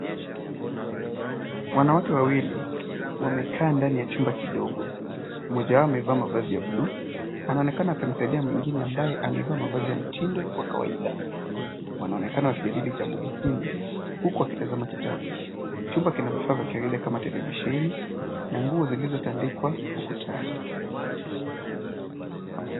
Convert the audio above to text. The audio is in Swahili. Wanawake wawili wamekaa ndani ya chumba kidogo. Mmoja wao amevaa mavazi ya bluu, anaonekana akimsaidia mwingine ambaye amevaa mavazi ya mtindo wa kawaida. Wanaonekana wakijadili jambo muhimu huku wakitazama kitabu. Chumba kina vifaa vya kawaida kama televisheni na nguo zilizotandikwa ukutani.